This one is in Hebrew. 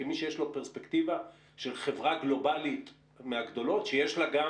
כמי שיש לו פרספקטיבה של חברה גלובלית מהגדולות שיש לה גם,